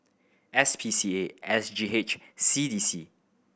S P C A S G H C D C